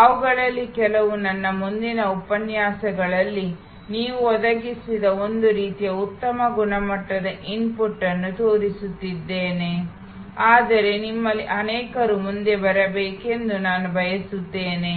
ಅವುಗಳಲ್ಲಿ ಕೆಲವು ನನ್ನ ಮುಂದಿನ ಉಪನ್ಯಾಸಗಳಲ್ಲಿ ನೀವು ಒದಗಿಸಿದ ಒಂದು ರೀತಿಯ ಉತ್ತಮ ಗುಣಮಟ್ಟದ ಇನ್ಪುಟ್ ಅನ್ನು ತೋರಿಸುತ್ತಿದ್ದೇನೆ ಆದರೆ ನಿಮ್ಮಲ್ಲಿ ಅನೇಕರು ಮುಂದೆ ಬರಬೇಕೆಂದು ನಾನು ಬಯಸುತ್ತೇನೆ